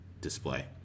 display